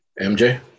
MJ